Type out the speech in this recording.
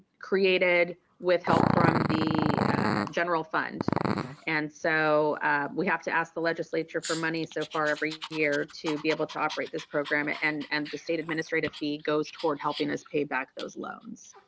created with help from the general fund and so we have to ask the legislature for money so far every year to be able to operate this program ah and and the state administrative fee goes toward helping us pay back those loans.